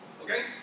Okay